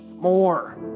more